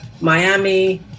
Miami